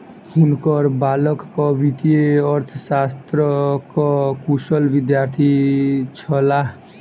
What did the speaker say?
हुनकर बालक वित्तीय अर्थशास्त्रक कुशल विद्यार्थी छलाह